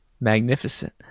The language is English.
magnificent